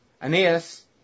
Aeneas